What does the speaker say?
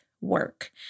work